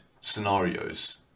scenarios